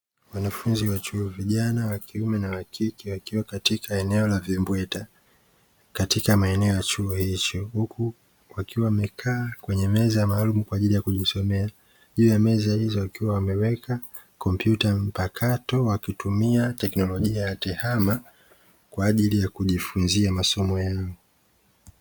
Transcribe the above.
Wanafunzi wa chuo, vijana wa kiume na kike; wakiwa katika eneo la vimbweta katika maeneo ya chuo hicho, huku wakiwa wamekaa kwenye meza maalumu kwa ajili ya kujisomea. Juu ya meza hizo wakiwa wameweka kompyuta mpakato, wakitumia teknolojia ya tehama kwa ajili ya kujifunzia masomo yao.